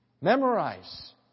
Memorize